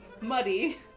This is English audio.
Muddy